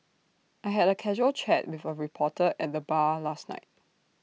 I had A casual chat with A reporter at the bar last night